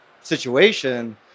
situation